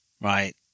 right